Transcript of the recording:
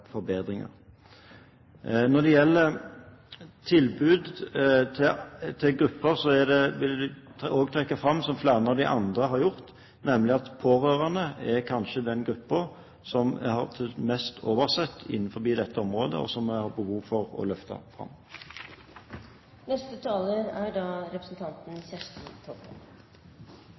Når det gjelder tilbud til grupper, vil jeg også trekke fram, som flere andre har gjort, at pårørende kanskje er den gruppen som er mest oversett innenfor dette området, og som det er behov for å løfte fram. Først vil eg seia at dette er